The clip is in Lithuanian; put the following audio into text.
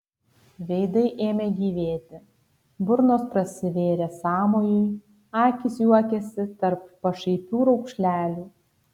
veidai ėmė gyvėti burnos prasivėrė sąmojui akys juokėsi tarp pašaipių raukšlelių